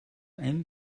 ein